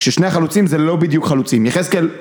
ששני החלוצים זה לא בדיוק חלוצים. יחזקאל